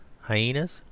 hyenas